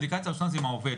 האינדיקציה הראשונה זה מהעובד,